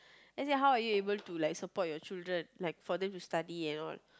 let's say how are you able to like support your children like for them to study and all